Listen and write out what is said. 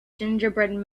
gingerbread